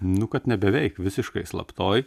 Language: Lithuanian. nu kad ne beveik visiškai slaptoj